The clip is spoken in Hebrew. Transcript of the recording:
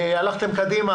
הלכתם קדימה,